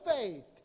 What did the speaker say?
faith